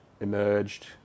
emerged